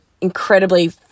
incredibly